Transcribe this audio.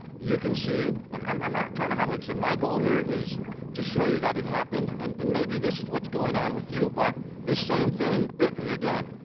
you can see, and i'm i'm not trying to hide. like i said, my goal here is to show you that it happens, and and maybe this is what's going on with you, but the same thing bit me again,